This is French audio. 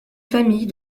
famille